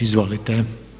Izvolite.